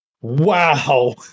Wow